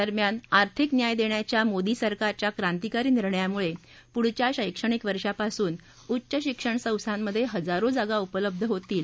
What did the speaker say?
दरम्यान आर्थिक न्याय देण्याच्या मोदी सरकारच्या क्रांतिकारी निर्णयामुळे पुढच्या शैक्षणिक वर्षापासून उच्च शिक्षण संस्थांमध्ये हजारो जागा उपलब्ध होतील